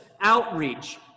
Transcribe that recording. Outreach